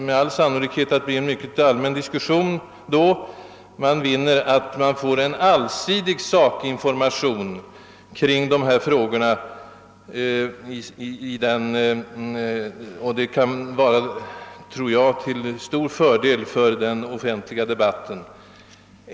Med all sannolikhet kommer det att bli en omfattande allmän diskussion om dessa frågor, och om materialet läggs fram vid ett och samma tillfälle vinner man en allsidig sakinformation till allmänheten. Detta vore till stor fördel för den offentliga debatten.